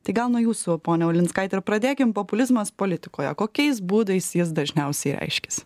tai gal nuo jūsų pone ulinskaitė ir pradėkim populizmas politikoje kokiais būdais jis dažniausiai reiškiasi